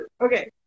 okay